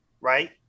right